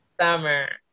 summer